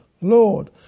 Lord